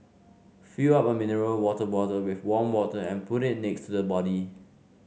fill up a mineral water bottle with warm water and put it next to the body